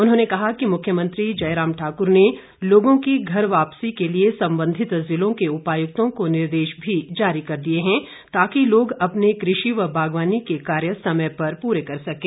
उन्होंने कहा कि मुख्यमंत्री जयराम ठाकुर ने लोगों की घर वापसी के लिए संबंधित जिलों के उपायुक्तों को निर्देश भी जारी कर दिए है ताकि लोग अपने कृषि व बागवानी के कार्य समय पर पूरे कर सकें